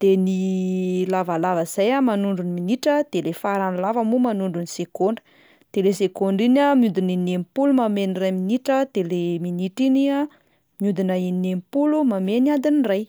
de ny lavalava zay a manondro ny minitra de le faran'ny lava moa manondro ny segondra, de le segondra iny a mihodina inenimpolo manome ny iray minitra de le minitra iny a mihodina inenimpolo manome ny adiny iray.